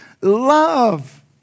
Love